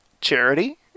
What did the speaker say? charity